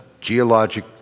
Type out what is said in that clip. geologic